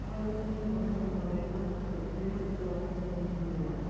آز حظ چھِ یِمَے بَہانہٕ آسان لوٗکَن تہٕ یِم حظ چھِ کَران کٲم یِم چھِ یہِ وَنان